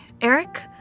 Eric